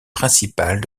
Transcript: principales